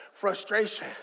frustration